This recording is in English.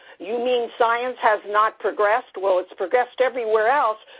you mean science has not progressed? well, it's progressed everywhere else,